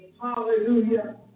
Hallelujah